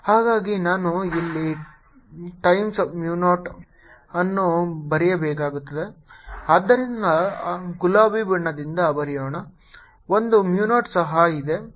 ಹಾಗಾಗಿ ನಾನು ಇಲ್ಲಿ ಟೈಮ್ಸ್ mu 0 ಅನ್ನು ಬರೆಯಬೇಕಾಗಿತ್ತು ಅದನ್ನು ಗುಲಾಬಿ ಬಣ್ಣದಿಂದ ಬರೆಯೋಣ ಒಂದು mu 0 ಸಹ ಇದೆ